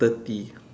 thirty